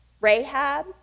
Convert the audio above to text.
Rahab